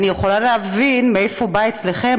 אני יכולה להבין מאיפה זה בא אצלכם,